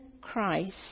Christ